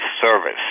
service